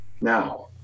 now